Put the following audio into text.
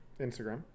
Instagram